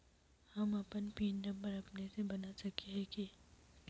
हम अपन pin number अपने से बना सके है की?